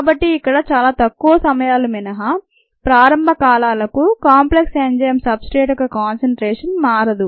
కాబట్టి ఇక్కడ చాలా తక్కువ సమయాలు మినహా ప్రారంభ కాలాలకు కాంప్లెక్స్ ఎంజైమ్ సబ్ స్ట్రేట్ యొక్క కానసన్ట్రేషన్ మారదు